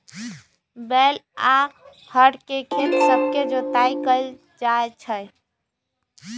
बैल आऽ हर से खेत सभके जोताइ कएल जाइ छइ